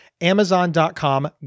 amazon.com